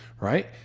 Right